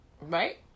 Right